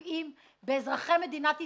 פוגע באזרחי מדינת ישראל.